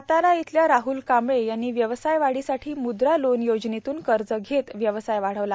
सातारा इथल्या राहुल कांबळे यांनी व्यवसाय वाढींसाठी मुद्रा लोन योजनेतून कज घेत व्यवसाय वाढवला